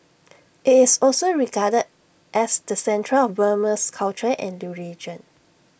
IT is also regarded as the centre of Burmese culture and religion